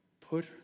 Put